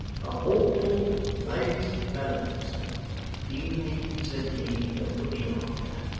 a mortal lazy fellow, sir he needs a deal of looking after